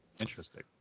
Interesting